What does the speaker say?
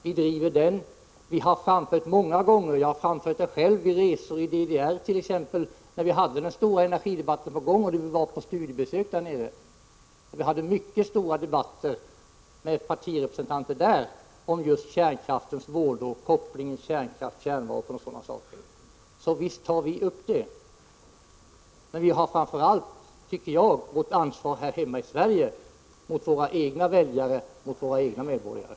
Vi driver den. Vi har framfört våra synpunkter många gånger. Jag har gjort det själv vid ett studiebesök i DDR i samband med att vi hade en stor energidebatt på gång. Vi hade mycket stora debatter med partirepresentanter där om just kärnkraften och kopplingen kärnkraft-kärnvapen. Så visst tar vi upp frågan. Men vi har framför allt att ta vårt ansvar här hemma i Sverige mot våra egna väljare och medborgare.